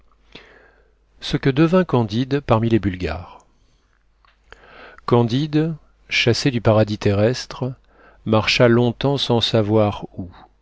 ce que devint candide parmi les bulgares candide chassé du paradis terrestre marcha longtemps sans savoir où